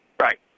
Right